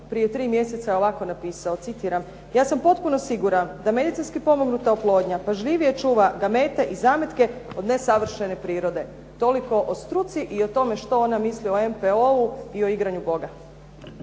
prije 3 mjeseca je ovako napisao. Citiram: "Ja sam potpuno siguran da medicinski pomognuta oplodnja pažljivije čuva …/Govornica se ne razumije./… i zametke od nesavršene prirode". Toliko o struci i o tome što ona misli o MPO-u i o igranju Boga.